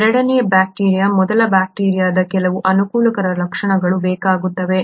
ಮತ್ತು ಎರಡನೆಯ ಬ್ಯಾಕ್ಟೀರಿಯಾಕ್ಕೆ ಮೊದಲ ಬ್ಯಾಕ್ಟೀರಿಯಾದ ಕೆಲವು ಅನುಕೂಲಕರ ಲಕ್ಷಣಗಳು ಬೇಕಾಗುತ್ತವೆ